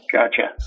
Gotcha